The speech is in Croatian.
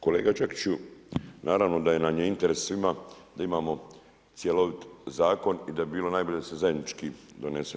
Kolega Đakiću, naravno da nam je interes svima da imamo cjelovit zakon i da bi bilo najbolje da se zajednički donese.